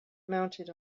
mounted